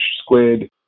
squid